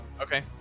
Okay